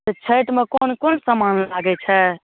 तऽ छइठमे कोन कोन समान लागै छै